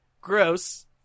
gross